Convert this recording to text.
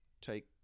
take